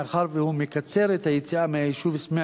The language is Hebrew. מאחר שהוא מקצר את היציאה מהיישוב סמיע